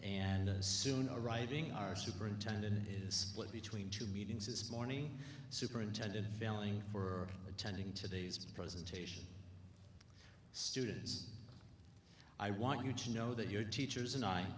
and soon a writing our superintendent is split between two meetings this morning superintendent veiling for attending today's presentation students i want you to know that your teachers and i